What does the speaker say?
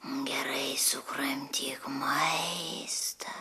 gerai sukramtyk maistą